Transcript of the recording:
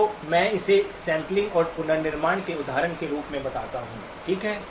तो मैं इसे सैंपलिंग और पुनर्निर्माण के उदाहरण के रूप में बताता हूं ठीक है